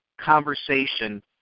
conversation